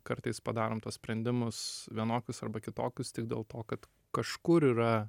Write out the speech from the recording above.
kartais padarom tuos sprendimus vienokius arba kitokius tik dėl to kad kažkur yra